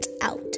out